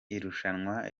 irushanwa